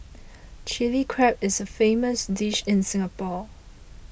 Chilli Crab is a famous dish in Singapore